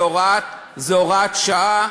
זאת הוראת שעה,